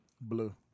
blue